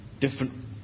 different